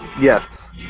Yes